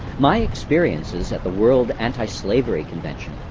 my experiences at the world anti-slavery convention,